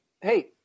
Hey